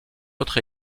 autre